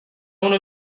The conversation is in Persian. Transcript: اونو